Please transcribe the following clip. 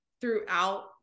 throughout